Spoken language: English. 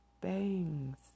bangs